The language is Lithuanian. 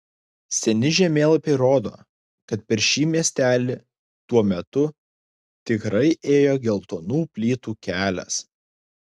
seni žemėlapiai rodo kad per šį miestelį tuo metu tikrai ėjo geltonų plytų kelias